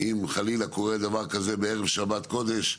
אם חלילה קורה דבר כזה בערב שבת קודש,